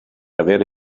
avere